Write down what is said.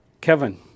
Kevin